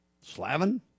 Slavin